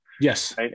Yes